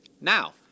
Now